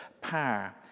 power